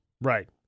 Right